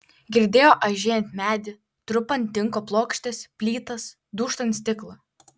girdėjo aižėjant medį trupant tinko plokštes plytas dūžtant stiklą